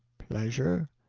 pleasure,